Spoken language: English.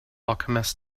alchemists